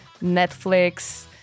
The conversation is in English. netflix